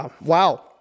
wow